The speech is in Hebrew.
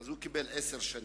אז הוא קיבל עשר שנים.